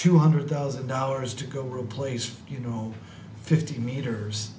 two hundred thousand dollars to go replace you know fifty meters